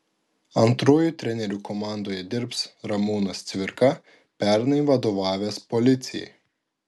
antruoju treneriu komandoje dirbs ramūnas cvirka pernai vadovavęs policijai